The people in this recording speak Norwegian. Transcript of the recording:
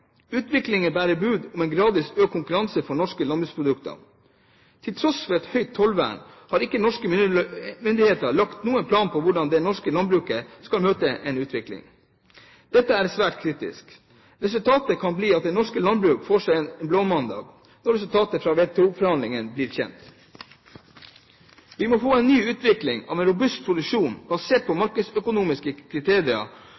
Utviklingen bærer bud om en gradvis økt konkurranse for norske landbruksprodukter. Til tross for et høyt tollvern har ikke norske myndigheter lagt noen plan for hvordan det norske landbruket skal møte en slik utvikling. Dette er svært kritisk. Resultatet kan bli at det norske landbruket får seg en blåmandag når resultatet fra WTO-forhandlingene blir kjent. Vi må få en ny utvikling. En robust produksjon basert på